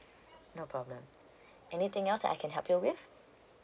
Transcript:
no problem anything else I can help you with